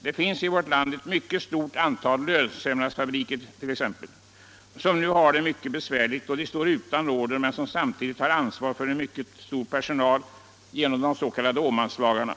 Det finns i vårt land ett stort antal lönsömnadsfabriker, som nu har det mycket besvärligt då de står utan order och som samtidigt genom de s.k. Åmanlagarna har ansvar för en betydande personalstyrka.